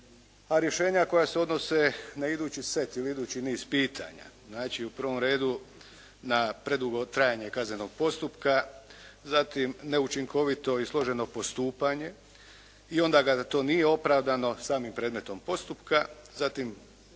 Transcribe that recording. a rješenja koja se odnose na idući set ili idući niz pitanja, znači u prvom redu na predugo trajanje kaznenog postupka, zatim neučinkovito i složeno postupanje i onda ga da to nije opravdano samim predmetom postupka, zatim